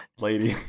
lady